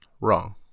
Wrong